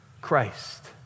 Christ